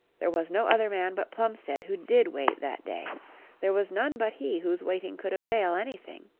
there was no other man but plumstead who did wait that day there was none but he whose waiting could avail anything.